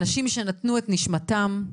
אנשים שנתנו את נשמתם,